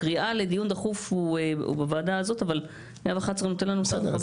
הקריאה לדיון דחוף הוא בוועדה הזאת אבל הסעיף נותן סמכות --- בסדר,